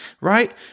Right